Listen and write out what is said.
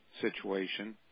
situation